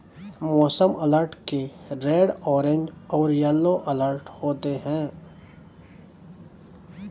मौसम अलर्ट के red orange और येलो अलर्ट होते हैं